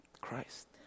Christ